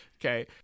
Okay